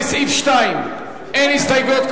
לסעיף 2 אין הסתייגויות,